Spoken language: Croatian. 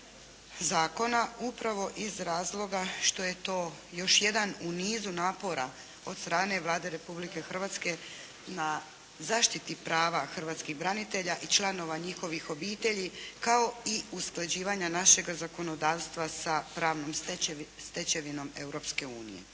zakona upravo iz razloga što je to još jedan u nizu napora od strane Vlade Republike Hrvatske na zaštiti prava hrvatskih branitelja i članova njihovih obitelji kao i usklađivanja našega zakonodavstva sa pravnom stečevinom